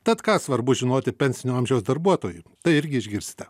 tad ką svarbu žinoti pensinio amžiaus darbuotojui tai irgi išgirsite